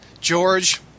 George